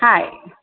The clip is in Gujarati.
હા